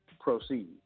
proceed